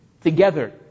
Together